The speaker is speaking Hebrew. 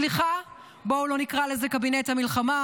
סליחה, בואו לא נקרא לזה קבינט המלחמה,